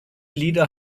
lieder